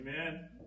Amen